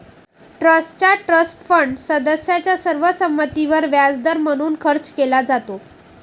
ट्रस्टचा trust fund सदस्यांच्या सर्व संमतीवर व्याजदर म्हणून खर्च केला जातो